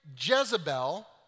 Jezebel